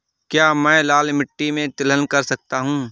क्या मैं लाल मिट्टी में तिलहन कर सकता हूँ?